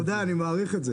מי בעד ההסתייגויות?